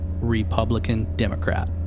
Republican-Democrat